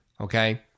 Okay